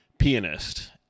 pianist